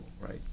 right